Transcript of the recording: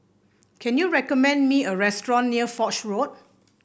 can you recommend me a restaurant near Foch Road